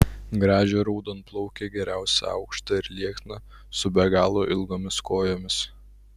gražią raudonplaukę geriausia aukštą ir liekną su be galo ilgomis kojomis